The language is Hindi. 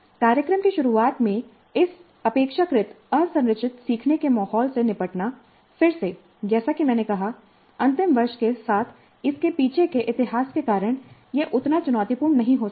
कार्यक्रम की शुरुआत में इस अपेक्षाकृत असंरचित सीखने के माहौल से निपटना फिर से जैसा कि मैंने कहा अंतिम वर्ष के साथ इसके पीछे के इतिहास के कारण यह उतना चुनौतीपूर्ण नहीं हो सकता है